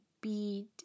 beat